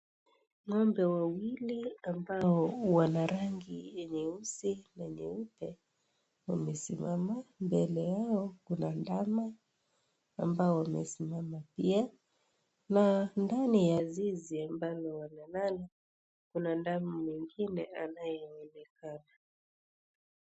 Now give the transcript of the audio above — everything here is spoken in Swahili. Ng'ombe wawili ambao wanarangi nyeusi na nyeupe, wamesimama mbele yao kuna ndama ambao wamesimama pia na ndani ya zizi ambalo nadhani kuna ndama mwingine anayeonekana.